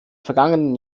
vergangenen